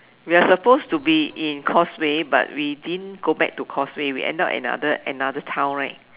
we are suppose to be in Causeway but we didn't go back to Causeway we end up another another town right